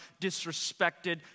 disrespected